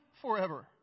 forever